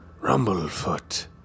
Rumblefoot